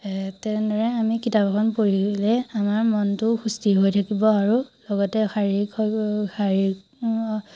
এ তেনেদৰে আমি কিতাপ এখন পঢ়িলে আমাৰ মনটো সুস্থিৰ হৈ থাকিব আৰু লগতে শাৰীৰিক আৰু শাৰীৰিক